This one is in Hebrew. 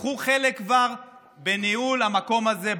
קחו חלק כבר בניהול המקום הזה,